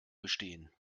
bestehen